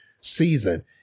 season